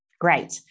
great